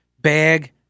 bag